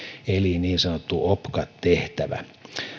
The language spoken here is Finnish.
eli niin sanottu opcat tehtävä